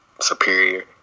superior